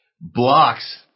blocks